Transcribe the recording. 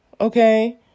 okay